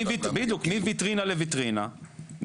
בדיוק מוויטרינה לוויטרינה,